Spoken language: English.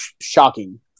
shocking